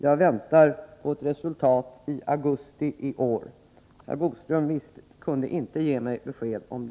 Jag väntar på ett resultat i augusti i år. Herr Boström kunde inte ge mig besked.